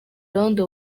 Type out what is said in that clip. irondo